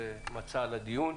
הנושא